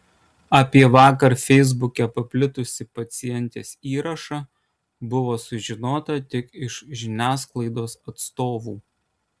apie vakar feisbuke paplitusį pacientės įrašą buvo sužinota tik iš žiniasklaidos atstovų